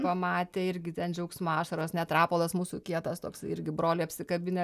pamatė irgi ten džiaugsmo ašaros net rapolas mūsų kietas toks irgi brolį apsikabinę